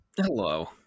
Hello